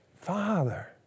Father